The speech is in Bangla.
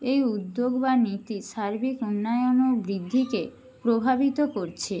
এই উদ্যোগ বা নীতি সার্বিক উন্নয়ন ও বৃদ্ধিকে প্রভাবিত করছে